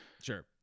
sure